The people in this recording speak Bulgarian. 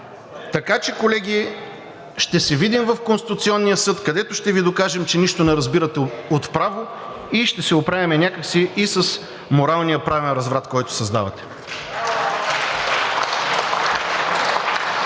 Така че, колеги, ще се видим в Конституционния съд, където ще Ви докажем, че нищо не разбирате от право, и ще се оправим някак си и с моралния правен разврат, който създавате.